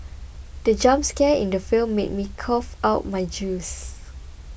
the jump scare in the film made me cough out my juice